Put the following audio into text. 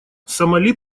сомали